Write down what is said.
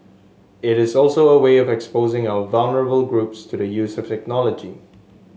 it is also a way of exposing our vulnerable groups to the use of technology